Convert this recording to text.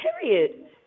Period